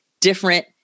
different